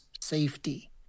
safety